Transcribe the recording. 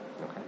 Okay